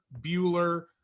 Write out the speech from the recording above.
Bueller